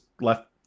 left